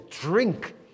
drink